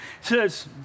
says